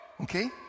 Okay